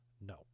No